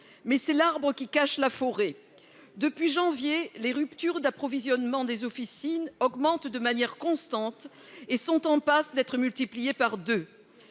mais c'est l'arbre qui cache la forêt. Depuis janvier dernier, les ruptures d'approvisionnement des officines augmentent de manière constante et sont en passe d'être multipliées par deux.